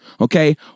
Okay